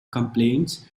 complaints